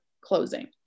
closing